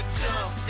jump